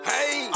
Hey